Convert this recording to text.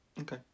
Okay